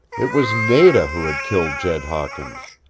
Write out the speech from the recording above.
it was nada who had killed jed hawkins.